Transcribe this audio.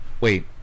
Wait